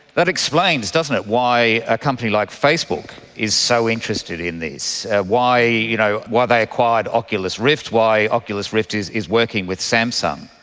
that explains why a company like facebook is so interested in this, why you know why they acquired oculus rift, why oculus rift is is working with samsung.